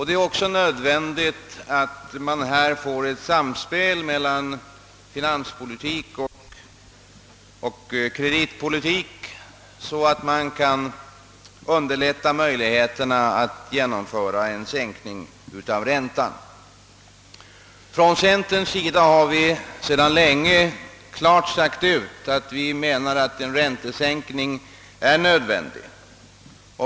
Det är också nödvändigt att man får ett samspel mellan finanspolitik och kreditpolitik, så att man kan underlätta möjligheterna att genomföra en sänkning av räntan. Från centerns sida har vi sedan länge klart sagt ut att en räntesänkning är nödvändig.